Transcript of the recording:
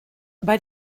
bei